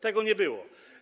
Tego nie było.